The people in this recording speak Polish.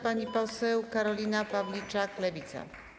Pani poseł Karolina Pawliczak, Lewica.